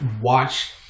watch